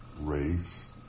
race